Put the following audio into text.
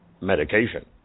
medication